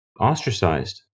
ostracized